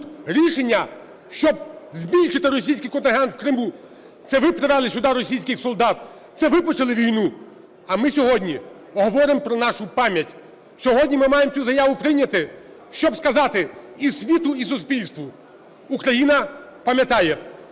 рішення, щоб збільшити російський контингент у Криму. Це ви привели сюди російських солдат! Це ви почали війну! А ми сьогодні говоримо про нашу пам'ять. Сьогодні ми маємо цю заяву прийняти, щоб сказати і світу, і суспільству: Україна пам'ятає,